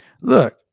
Look